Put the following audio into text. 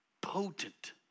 potent